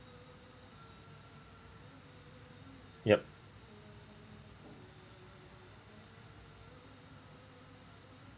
yup